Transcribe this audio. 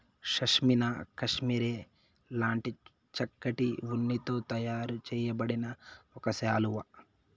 pashmina cashmere లాంటి చక్కటి ఉన్నితో తయారు చేయబడిన ఒక శాలువా